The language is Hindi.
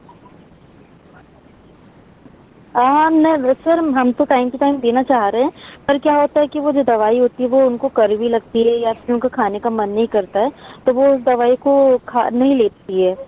हाँ हमने सर हम तो टाइम तो टाइम देना चाह रहे हैं पर क्या होता है कि वह जो दवाई होती है वह उनको कड़वी लगती है या फिर उनका खाने का मन नहीं करता है तो वह दवाई को खा नहीं लेती है